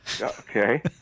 Okay